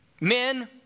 Men